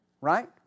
right